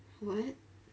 what